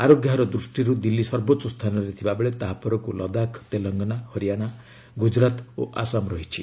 ଆରୋଗ୍ୟ ହାର ଦୃଷ୍ଟିରୁ ଦିଲ୍ଲୀ ସର୍ବୋଚ୍ଚ ସ୍ଥାନରେ ଥିବାବେଳେ ତାହାପରକୁ ଲଦାଖ ତେଲଙ୍ଗନା ହରିଆଣା ଗୁଜରାତ ଓ ଆସାମ ରହିଛି